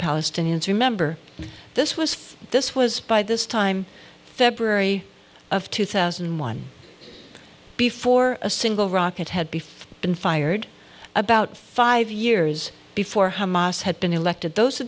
palestinians remember this was this was by this time february of two thousand and one before a single rocket had before been fired about five years before hamas had been elected those are